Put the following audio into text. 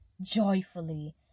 joyfully